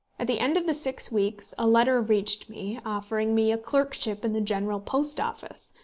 at the end of the six weeks a letter reached me, offering me a clerkship in the general post office,